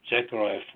Zechariah